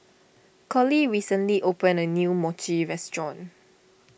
Colie recently opened a new Mochi restaurant